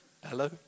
hello